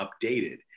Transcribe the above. updated